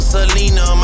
Selena